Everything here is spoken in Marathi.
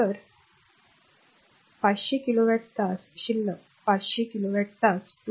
तर 500 किलोवॅट तास शिल्लक 500 किलोवॅट तास 2